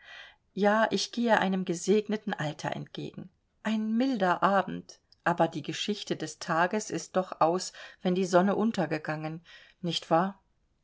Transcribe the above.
ja ich gehe einem gesegneten alter entgegen ein milder abend aber die geschichte des tages ist doch aus wenn die sonne untergegangen nicht wahr